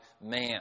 man